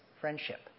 friendship